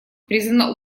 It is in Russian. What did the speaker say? призвана